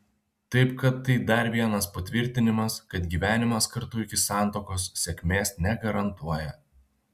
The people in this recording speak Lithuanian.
taip kad tai dar vienas patvirtinimas kad gyvenimas kartu iki santuokos sėkmės negarantuoja